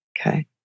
okay